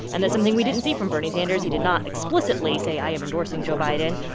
and that's something we didn't see from bernie sanders. he did not explicitly say, i am endorsing joe biden,